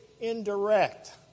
indirect